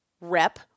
rep